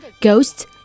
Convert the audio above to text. ghosts